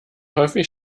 häufig